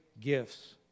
gifts